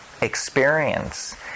experience